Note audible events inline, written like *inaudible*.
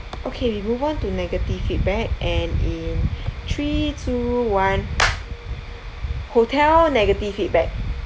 okay we move on to negative feedback and in three two one *noise* hotel negative feedback